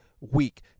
week